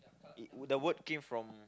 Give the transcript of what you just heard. the word came from